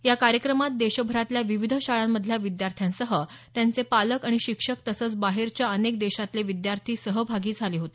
या कार्यक्रमात देशभरातल्या विविध शाळांमधल्या विद्यार्थ्यांसह त्यांचे पालक आणि शिक्षक तसंच बाहेरच्या अनेक देशातले विद्यार्थी सहभागी झाले होते